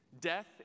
death